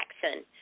Jackson